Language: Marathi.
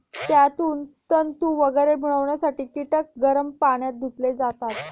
त्यातून तंतू वगैरे मिळवण्यासाठी कीटक गरम पाण्यात धुतले जातात